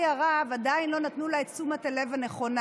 הרב עדיין לא נתנו לה את תשומת הלב הנכונה.